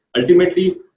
Ultimately